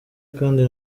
kandi